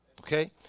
okay